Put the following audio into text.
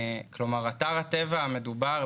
אתר הטבע המדובר,